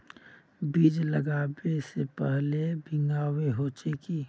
बीज लागबे से पहले भींगावे होचे की?